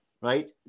right